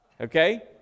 Okay